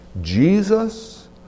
Jesus